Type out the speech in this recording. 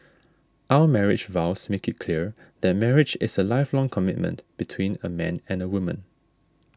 our marriage vows make it clear that marriage is a lifelong commitment between a man and woman